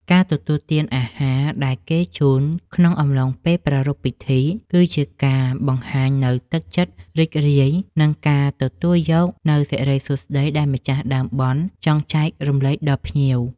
ការទទួលទានអាហារដែលគេជូនក្នុងអំឡុងពេលប្រារព្ធពិធី គឺជាការបង្ហាញនូវទឹកចិត្តរីករាយ និងការទទួលយកនូវសិរីសួស្តីដែលម្ចាស់ដើមបុណ្យចង់ចែករំលែកដល់ភ្ញៀវ។